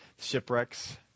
Shipwrecks